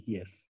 Yes